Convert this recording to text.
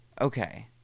Okay